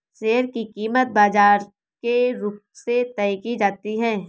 share की कीमत बाजार के रुख से तय की जाती है